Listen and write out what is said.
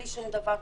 בלי שום דבר,